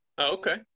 okay